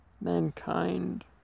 Mankind